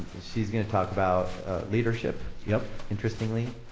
she's gonna talk about leadership yeah interestingly,